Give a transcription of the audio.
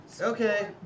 Okay